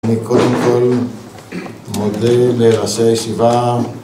אני קודם כל מודה לראשי הישיבה